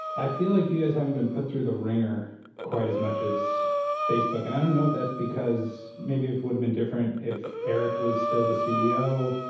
i feel like you guys haven't been put through the ringer quite as much as facebook, and i don't know if that's because maybe it woulda been different if eric was still the ceo,